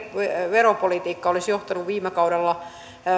veropolitiikka olisi johtanut viime kaudella